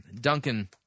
Duncan